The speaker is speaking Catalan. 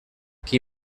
qui